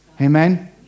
Amen